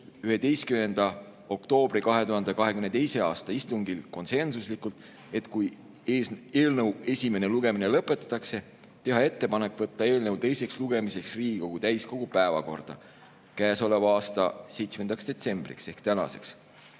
11. oktoobri 2022. aasta istungil konsensuslikult, et kui eelnõu esimene lugemine lõpetatakse, siis tehakse ettepanek võtta eelnõu teiseks lugemiseks Riigikogu täiskogu päevakorda käesoleva aasta 7. detsembriks ehk tänaseks.